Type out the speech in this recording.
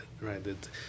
right